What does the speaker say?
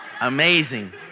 amazing